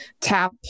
tap